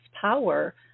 power